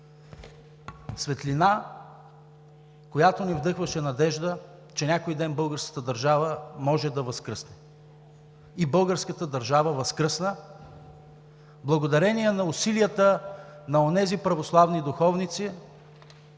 светлина, която ни вдъхваше надежда, че някой ден българската държава може да възкръсне. И българската държава възкръсна благодарение на усилията на онези православни духовници,